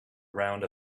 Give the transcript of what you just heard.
around